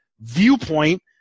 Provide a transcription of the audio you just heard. viewpoint